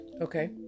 Okay